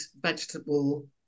vegetable